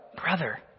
brother